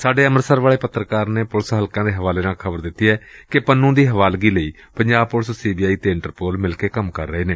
ਸਾਡੇ ਅੰਮ੍ਰਿਤਸਰ ਵਾਲੇ ਪੱਤਰਕਾਰ ਨੇ ਪੁਲਿਸ ਹਲਕਿਆਂ ਦੇ ਹਵਾਲੇ ਨਾਲ ਖ਼ਬਰ ਦਿੱਤੀ ਏ ਕਿ ਪੰਨੂ ਦੀ ਹਵਾਲਗੀ ਲਈ Punjab police C B I ਅਤੇ ਇੰਟਰਪੋਲ ਮਿਲ ਕੇ ਕੰਮ ਕਰ ਰਹੇ ਨੇ